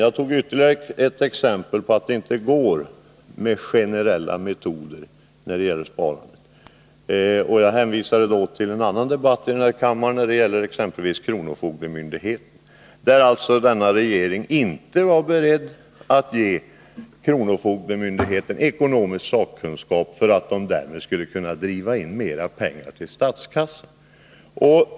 Jag gav ytterligare ett exempel på att det inte går att tillgripa generella metoder när det gäller sparande och hänvisade till en annan debatt här i kammaren som gällde kronofogdemyndigheten. Regeringen var inte beredd att ge kronofogdemyndigheten medel till ekonomisk sakkunskap, så att man därmed skulle kunna driva in mer pengar till statskassan.